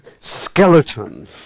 skeleton